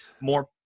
more